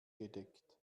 gedeckt